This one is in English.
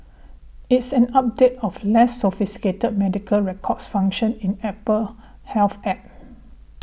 it's an update of less sophisticated medical records function in Apple's Health App